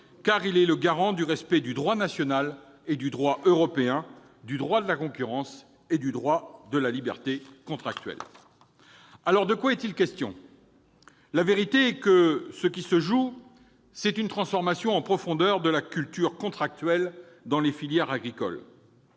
car il est le garant du respect du droit national et européen, du droit de la concurrence et de la liberté contractuelle. Alors, de quoi est-il question ? Ce qui se joue en vérité, c'est une transformation en profondeur de la culture contractuelle dans les filières agricoles.